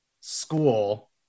school